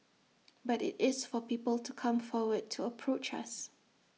but IT is for people to come forward to approach us